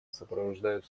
сопровождают